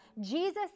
Jesus